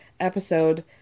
episode